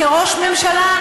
כראש ממשלה,